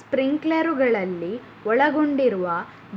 ಸ್ಪ್ರಿಂಕ್ಲರುಗಳಲ್ಲಿ ಒಳಗೊಂಡಿರುವ